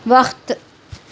وقت